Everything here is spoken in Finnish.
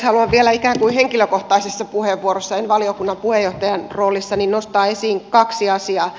haluan vielä ikään kuin henkilökohtaisessa puheenvuorossa en valiokunnan puheenjohtajan roolissa nostaa esiin kaksi asiaa